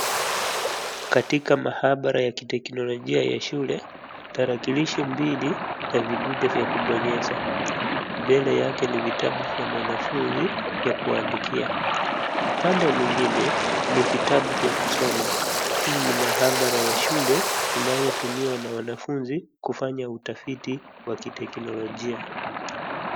Katika mahabara ya kiteknologia ya shule, tarakilishi mbili na vidude vya kubonyeza. Mbele yake ni vitabu vya mwanagunzi vya kuandikia. Upande mwingine ni vitabu vya kusoma. Hii ni mahabara ya shule inayotumiwa na wanafunzi kufanya utafiti wa kiteknologia.